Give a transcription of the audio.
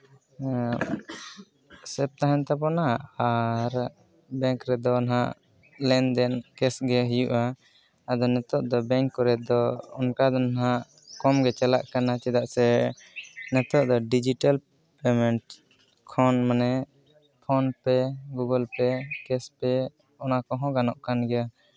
ᱥᱮᱵᱷ ᱛᱟᱦᱮᱱ ᱛᱟᱵᱚᱱᱟ ᱟᱨ ᱵᱮᱝᱠ ᱨᱮᱫᱚ ᱱᱟᱦᱟᱜ ᱞᱮᱱᱫᱮᱱ ᱠᱮᱥ ᱜᱮ ᱦᱩᱭᱩᱜᱼᱟ ᱟᱫᱚ ᱱᱤᱛᱚᱜ ᱫᱚ ᱵᱮᱝᱠ ᱠᱚᱨᱮᱫ ᱫᱚ ᱚᱱᱠᱟ ᱫᱚ ᱱᱟᱦᱟᱜ ᱠᱚᱢ ᱜᱮ ᱪᱟᱞᱟᱜ ᱠᱟᱱᱟ ᱪᱮᱫᱟᱜ ᱥᱮ ᱱᱤᱛᱚᱜ ᱫᱚ ᱰᱤᱡᱤᱴᱟᱞ ᱯᱮᱢᱮᱱᱴ ᱠᱷᱚᱱ ᱢᱟᱱᱮ PhonePe Google Pay cash pay ᱚᱱᱟ ᱠᱚ ᱦᱚᱸ ᱜᱟᱱᱚᱜ ᱠᱟᱱ ᱜᱮᱭᱟ